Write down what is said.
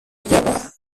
llevar